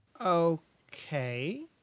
Okay